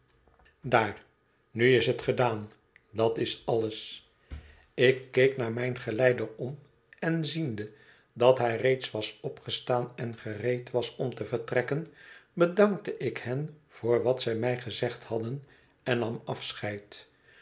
daar nu is het gedaan dat is alles ik keek naar mijn geleider om en ziende dat hij reeds was opgestaan en gereed was om te vertrekken bedankte ik hen voor wat zij mij gezegd hadden en nam afscheid